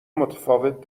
متفاوت